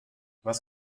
was